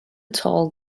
tall